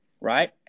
right